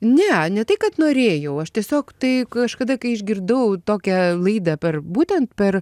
ne ne tai kad norėjau aš tiesiog tai kažkada kai išgirdau tokią laidą per būtent per